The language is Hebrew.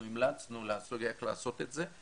אנחנו המלצנו איך לעשות את זה,